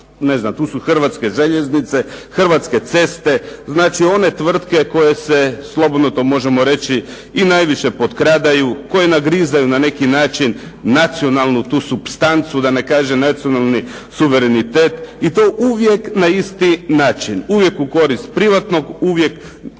tu su Hrvatske željeznice, Hrvatske ceste znači one tvrtke koje se slobodno to možemo reći i najviše potkradaju, koje nagrizaju na neki način nacionalnu supstancu da ne kažem nacionalni suverenitet i to uvijek na isti način. Uvijek u korist privatnog, uvijek